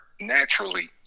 naturally